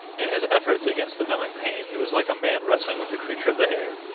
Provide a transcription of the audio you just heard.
in his efforts against the numbing pain he was like a man wrestling with a creature of the air.